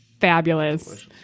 fabulous